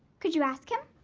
could you ask him?